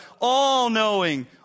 all-knowing